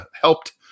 helped